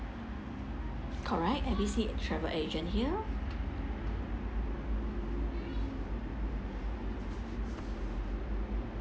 correct I did see a travel agent here